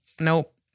Nope